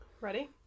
Ready